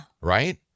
Right